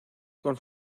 con